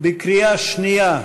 להצביע, בקריאה שנייה.